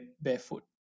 barefoot